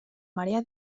marea